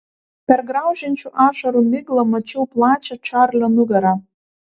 per graužiančių ašarų miglą mačiau plačią čarlio nugarą